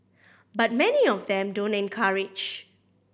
but many of them don't encourage